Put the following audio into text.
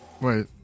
wait